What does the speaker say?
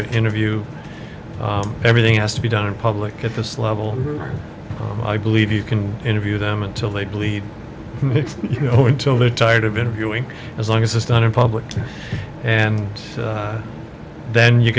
to interview everything has to be done in public at this level i believe you can interview them until they bleed you know until the tired of interviewing as long as it's done in public and then you